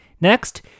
Next